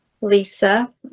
Lisa